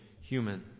human